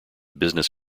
business